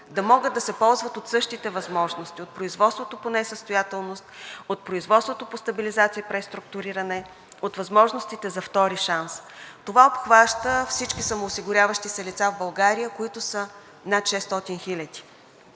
да могат да се ползват от същите възможности – от производството по несъстоятелност, от производството по стабилизация и преструктуриране, от възможностите за втори шанс. Това обхваща всички самоосигуряващи се лица в България, които са над 600